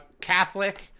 Catholic